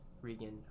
Regan